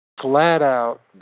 flat-out